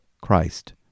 Christ